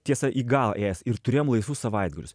tiesa į galą ėjęs ir turėjom laisvus savaitgalius